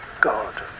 God